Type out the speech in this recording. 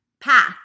path